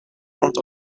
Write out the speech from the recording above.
front